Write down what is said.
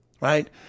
right